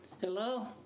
Hello